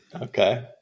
Okay